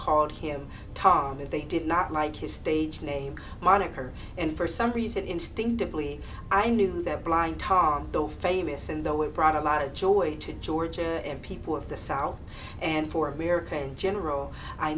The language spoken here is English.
called him tom if they did not like his stage name moniker and for some reason instinctively i knew that blind tom though famous in the way it brought a lot of joy to georgia and people of the south and for america in general i